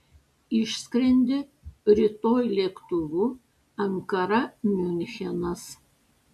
išskrendi rytoj lėktuvu ankara miunchenas